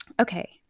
Okay